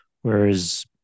whereas